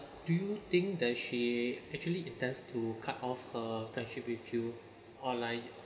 do you think that she actually intends to cut off her friendship with you online